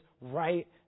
right